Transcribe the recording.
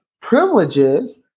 privileges